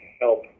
help